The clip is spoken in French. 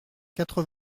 quatre